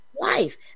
life